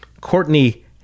Courtney